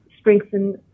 strengthen